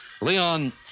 Leon